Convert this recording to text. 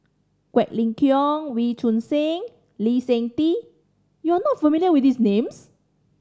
Quek Ling Kiong Wee Choon Seng Lee Seng Tee you are not familiar with these names